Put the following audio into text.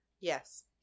Yes